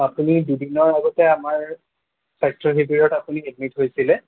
আপুনি দুদিনৰ আগতে আমাৰ স্বাস্থ্য শিবিৰত আপুনি এডমিট হৈছিলে